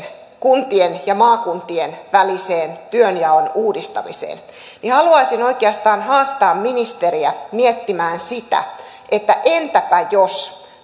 kuntien ja maakuntien välisen työnjaon uudistamiseen niin haluaisin oikeastaan haastaa ministeriä miettimään sitä että entäpä jos